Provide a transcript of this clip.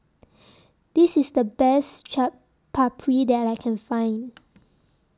This IS The Best Chaat Papri that I Can Find